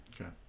Okay